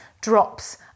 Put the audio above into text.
drops